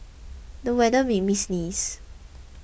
the weather made me sneeze